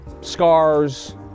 Scars